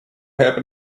happened